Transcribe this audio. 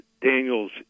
Daniels